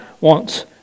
wants